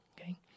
okay